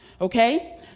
okay